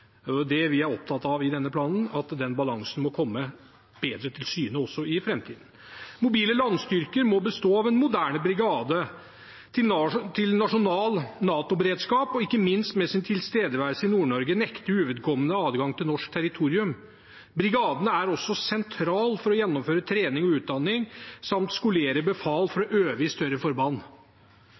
det vi er opptatt av i denne planen, at den balansen må komme bedre til syne også i framtiden. Mobile landstyrker må bestå av en moderne brigade til nasjonal NATO-beredskap og ikke minst med sin tilstedeværelse i Nord-Norge nekte uvedkommende adgang til norsk territorium. Brigaden er også sentral for å gjennomføre trening og utdanning samt skolere befal for å øve i større